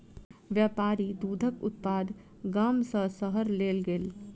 व्यापारी दूधक उत्पाद गाम सॅ शहर लय गेल